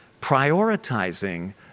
prioritizing